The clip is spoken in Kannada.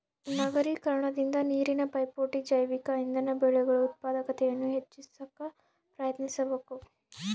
ನಗರೀಕರಣದಿಂದ ನೀರಿನ ಪೈಪೋಟಿ ಜೈವಿಕ ಇಂಧನ ಬೆಳೆಗಳು ಉತ್ಪಾದಕತೆಯನ್ನು ಹೆಚ್ಚಿ ಸಾಕ ಪ್ರಯತ್ನಿಸಬಕು